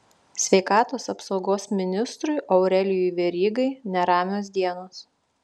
sveikatos apsaugos ministrui aurelijui verygai neramios dienos